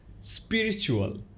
Spiritual